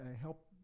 help